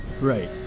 Right